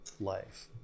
life